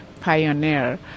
pioneer